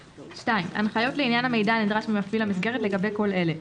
(2) הנחיות לעניין המידע הנדרש ממפעיל המסגרת לגבי כל אלה: